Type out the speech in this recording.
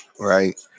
right